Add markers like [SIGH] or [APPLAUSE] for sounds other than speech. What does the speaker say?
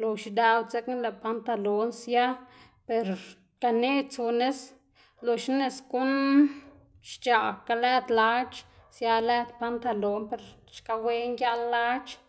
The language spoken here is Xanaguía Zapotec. lox idëꞌwu dzekna lëꞌ pantalon sia per ganeꞌc̲h̲ tsu nis loxna nis guꞌn xc̲h̲aꞌkga lëꞌ lac̲h̲ sia lëd pantalon per xka wen giaꞌl lac̲h̲. [NOISE]